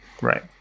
Right